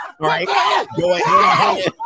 right